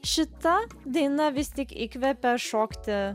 šita daina vis tik įkvepia šokti